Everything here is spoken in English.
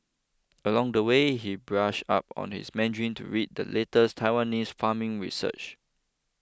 along the way he brushed up on his Mandarin to read the latest Taiwanese farming research